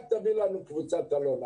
רק שיביאו להם מקבוצת אלון.